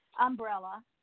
umbrella